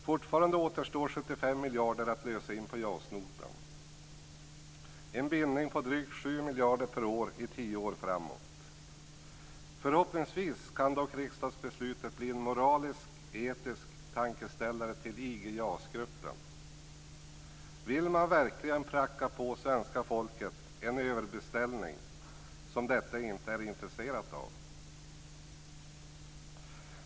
Fortfarande återstår 75 miljarder att lösa in på JAS-notan - en bindning på drygt 7 miljarder kronor/år i tio år framåt! Förhoppningsvis kan riksdagsbeslutet bli en moralisk-etisk tankeställare till IG JAS-gruppen. Vill man verkligen pracka på svenska folket en överbeställning som detta inte är intresserat av?